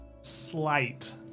slight